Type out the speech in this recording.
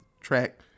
track